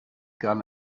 gun